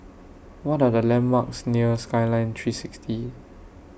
What Are The landmarks near Skyline three sixty